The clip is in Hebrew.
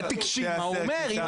אבל תקשיב מה הוא אומר.